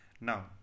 now